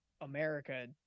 America